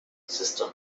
system